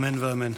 אמן ואמן.